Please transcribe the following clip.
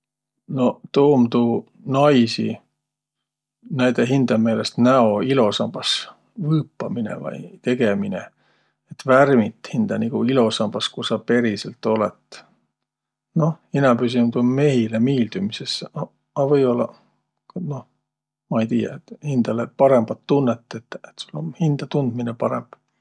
No tuu um tuu naisi näide hindä meelest näo ilosambas võõpaminõ vai tegemine. Et värmit hindä nigu ilosambas, ku sa periselt olõt. Noh, inämbüisi um tuu mehile miildümises, aq, a või-ollaq, ka noh, ma'i tiiäq, hindäle parõmbat tunnõt tetäq, et sul um hindätundminõ parõmb.